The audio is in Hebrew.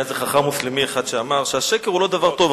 היה איזה חכם מוסלמי אחד שאמר שהשקר הוא לא דבר טוב,